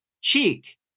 cheek